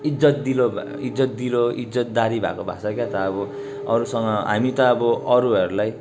इज्जतदिलो इज्जतदिलो इज्जतदारी भएको भाषा क्या त अब अरूसँग हामी त अब अरूहरूलाई